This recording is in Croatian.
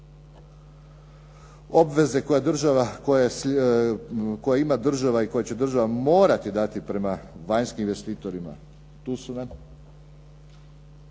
Obveze koje ima država i koje će država morati dati prema vanjskim investitorima tu su nam.